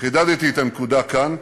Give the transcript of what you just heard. חידדתי את הנקודה כאן,